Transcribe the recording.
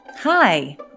Hi